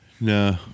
No